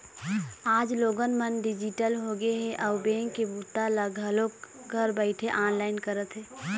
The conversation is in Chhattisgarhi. आज लोगन मन डिजिटल होगे हे अउ बेंक के बूता ल घलोक घर बइठे ऑनलाईन करत हे